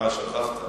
אה, שכחת?